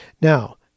Now